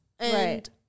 Right